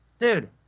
dude